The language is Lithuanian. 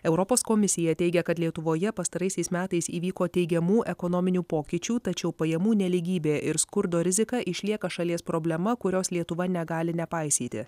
europos komisija teigia kad lietuvoje pastaraisiais metais įvyko teigiamų ekonominių pokyčių tačiau pajamų nelygybė ir skurdo rizika išlieka šalies problema kurios lietuva negali nepaisyti